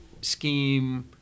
scheme